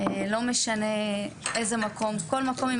לא משנה באיזה מקום אבל בכל מקום אפשרי